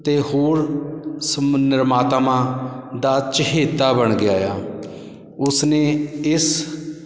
ਅਤੇ ਹੋਰ ਸਮ ਨਿਰਮਾਤਾਵਾਂ ਦਾ ਚਹੇਤਾ ਬਣ ਗਿਆ ਆ ਉਸਨੇ ਇਸ